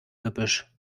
gebüsch